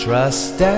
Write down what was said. Trust